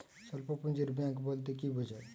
স্বল্প পুঁজির ব্যাঙ্ক বলতে কি বোঝায়?